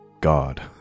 God